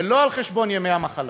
ולא על חשבון ימי המחלה.